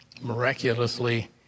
Miraculously